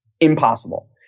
impossible